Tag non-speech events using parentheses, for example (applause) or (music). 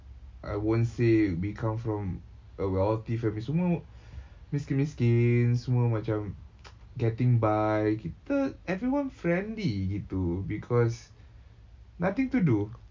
I won't say we come from a wealthy family semua miskin-miskin semua macam (noise) getting by kita everyone friendly gitu because nothing to do